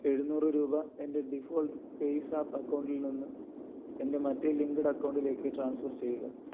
എഴുനൂറ് രൂപ എൻ്റെ ഡിഫോൾട്ട് പേയ്സാപ്പ് അക്കൗണ്ടിൽ നിന്ന് എൻ്റെ മറ്റേ ലിങ്ക്ഡ് അക്കൗണ്ടിലേക്ക് ട്രാൻസ്ഫർ ചെയ്യുക